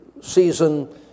season